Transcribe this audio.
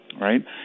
right